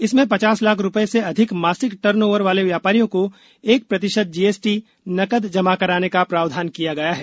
इसमें पचास लाख रूपए से अधिक मासिक टर्न ओवर वाले व्यापारियों को एक प्रतिशत जीएसटी नकद जमा कराने का प्रावधान किया गया है